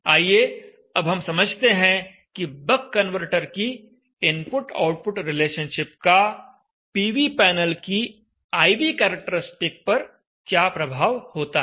आइए अब हम समझते हैं कि बक कन्वर्टर की इनपुट आउटपुट रिलेशनशिप का पीवी पैनल की I V करैक्टरिस्टिक पर क्या प्रभाव होता है